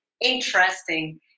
interesting